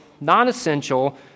non-essential